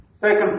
second